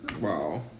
Wow